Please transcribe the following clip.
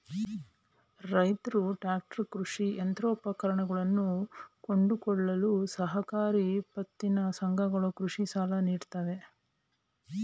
ರೈತ್ರು ಟ್ರ್ಯಾಕ್ಟರ್, ಕೃಷಿ ಯಂತ್ರೋಪಕರಣಗಳನ್ನು ಕೊಂಡುಕೊಳ್ಳಲು ಸಹಕಾರಿ ಪತ್ತಿನ ಸಂಘಗಳು ಕೃಷಿ ಸಾಲ ನೀಡುತ್ತವೆ